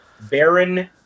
Baron